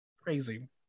Crazy